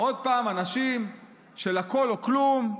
עוד פעם אנשים של הכול או כלום,